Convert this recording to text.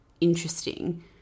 interesting